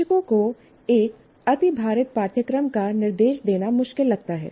शिक्षकों को एक अतिभारित पाठ्यक्रम का निर्देश देना मुश्किल लगता है